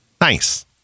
nice